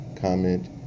comment